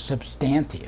substantial